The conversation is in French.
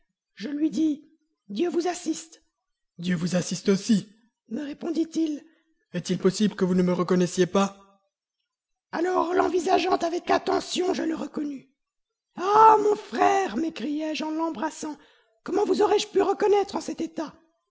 je lui dis dieu vous assiste dieu vous assiste aussi me répondit-il est-il possible que vous ne me reconnaissiez pas alors l'envisageant avec attention je le reconnus ah mon frère m'écriai-je en l'embrassant comment vous aurais-je pu reconnaître en cet état